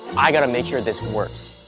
i gotta make sure this works.